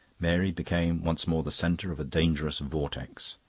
mary became once more the centre of a dangerous vortex.